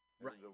right